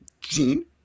Gene